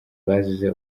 bazize